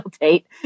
date